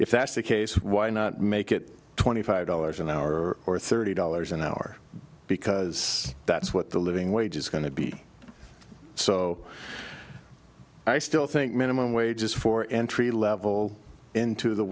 if that's the case why not make it twenty five dollars an hour or thirty dollars an hour because that's what the living wage is going to be so i still think minimum wages for entry level into the